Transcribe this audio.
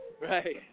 Right